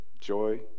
joy